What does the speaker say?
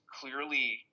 clearly